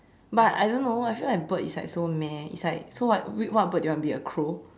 but I don't know I feel like bird is like so meh it's like so what bird you want be a crow